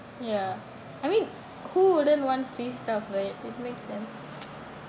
ya I mean who wouldn't want free stuff right it makes sense